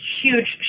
huge